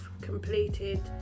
completed